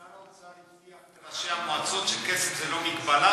שר האוצר הבטיח לראשי המועצות שכסף זה לא מגבלה,